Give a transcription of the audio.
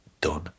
done